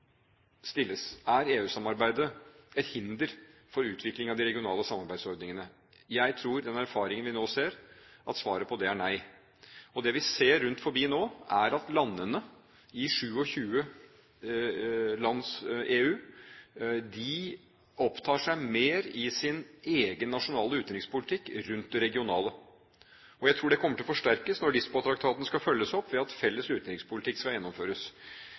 Er EU-samarbeidet et hinder for utvikling av de regionale samarbeidsordningene? Jeg tror av den erfaringen vi nå ser, at svaret på det er nei. Det vi ser rundt omkring nå, er at landene, 27 EU-land, konsentrerer mer sin egen nasjonale utenrikspolitikk rundt det regionale. Jeg tror det kommer til å forsterkes når Lisboa-traktaten skal følges opp, ved at felles utenrikspolitikk skal gjennomføres.